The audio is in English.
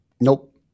Nope